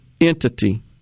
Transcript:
entity